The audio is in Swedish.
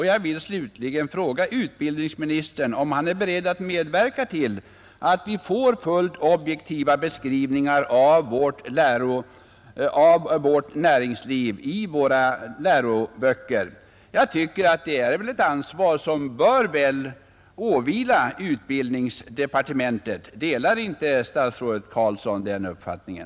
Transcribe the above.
Jag vill slutligen fråga utbildningsministern om han är beredd att medverka till att vi får fullt objektiva beskrivningar av vårt näringsliv i våra läroböcker. Jag tycker att det är ett ansvar som bör åvila utbildningsdepartementet. Delar inte statsrådet Carlsson den uppfattningen?